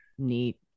neat